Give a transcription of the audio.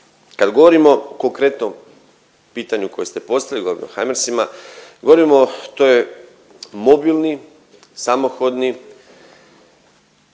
Kad govorimo konkretno o pitanju koje ste spomenuli Harmarsima govorimo to je mobilni samohodni